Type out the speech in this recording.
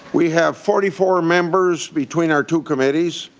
we have forty four members between our two committees.